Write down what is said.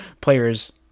players